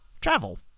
travel